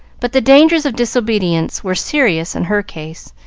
but the dangers of disobedience were serious in her case,